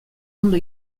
ondo